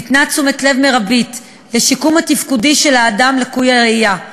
ניתנת תשומת לב מרבית לשיקום התפקודי של האדם לקוי הראייה.